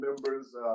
members